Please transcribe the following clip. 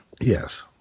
Yes